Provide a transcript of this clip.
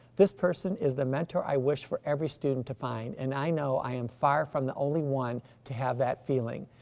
this person is the mentor i wish for every student to find and i know i am far from the only one to have that feeling.